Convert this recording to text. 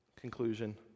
conclusion